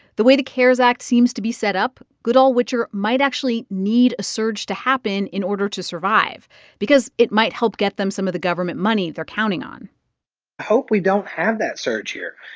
the way the cares act seems to be set up, goodall-witcher might actually need a surge to happen in order to survive because it might help get them some of the government money they're counting on i hope we don't have that surge here,